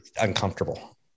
uncomfortable